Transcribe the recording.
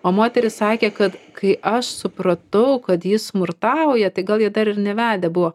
o moteris sakė kad kai aš supratau kad jis smurtauja tai gal jie dar ir nevedę buvo